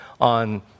on